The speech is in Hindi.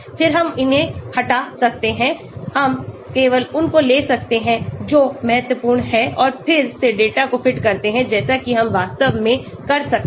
फिर हम इन्हे हटा सकते हैं हम केवल उन को ले सकते हैं जो महत्वपूर्ण हैं और फिर से डेटा को फिट करते हैं जैसे कि हम वास्तव में कर सकते हैं